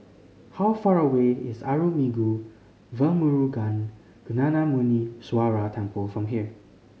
how far away is Arulmigu Velmurugan Gnanamuneeswarar Temple from here